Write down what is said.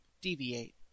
deviate